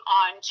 on